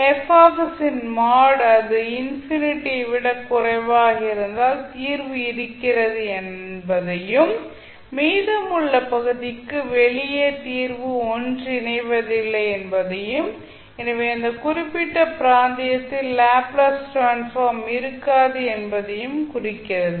F இன் mod அது infinity விடக் குறைவாக இருந்தால் தீர்வு இருக்கிறது என்பதையும் மீதமுள்ள பகுதிக்கு வெளியே தீர்வு ஒன்றிணைவதில்லை என்பதையும் எனவே அந்த குறிப்பிட்ட பிராந்தியத்தில் லாப்ளேஸ் டிரான்ஸ்ஃபார்ம் இருக்காது என்பதையும் குறிக்கிறது